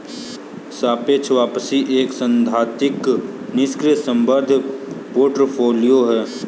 सापेक्ष वापसी एक सैद्धांतिक निष्क्रिय संदर्भ पोर्टफोलियो है